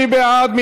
מי בעד?